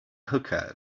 hookahs